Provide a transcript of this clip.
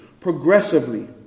progressively